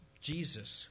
Jesus